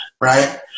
right